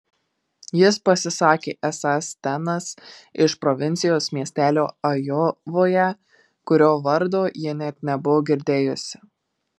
jis pasisakė esąs stenas iš provincijos miestelio ajovoje kurio vardo ji net nebuvo girdėjusi